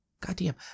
Goddamn